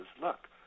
Look